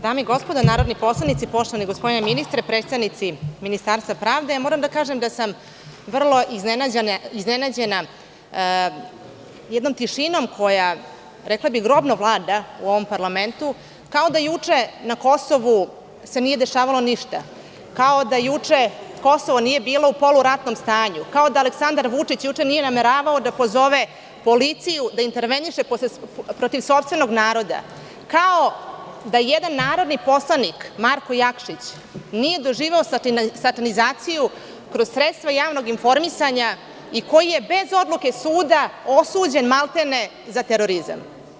Dame i gospodo narodni poslanici, poštovani gospodine ministre, predstavnici Ministarstva pravde, moram da kažem da sam vrlo iznenađena jednom tišinom koja vlada u ovom parlamentu, kao da juče na Kosovu se nije dešavalo ništa, kao da juče Kosovo nije bilo u poluratnom stanju, kao da Aleksandar Vučić juče nije nameravao da pozove policiju da interveniše protiv sopstvenog naroda, kao da jedan narodni poslanik Marko Jakšić nije doživeo satanizaciju kroz sredstva javnog informisanja i koji je, bez odluke suda, osuđen maltene za terorizam.